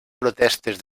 protestes